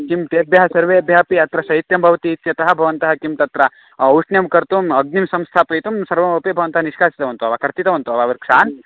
किं तेभ्यः सर्वेभ्यः अपि अत्र शैत्यं भवति इत्यतः भवन्तः किं तत्र औष्ण्यं कर्तुम् अग्निं संस्थापयितुं सर्वमपि भवन्तः निश्कासितवन्तो वा कर्तितवन्तो वा वृक्षान्